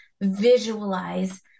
visualize